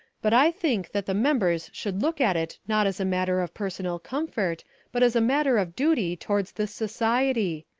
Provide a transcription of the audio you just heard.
but i think that the members should look at it not as a matter of personal comfort but as a matter of duty towards this society.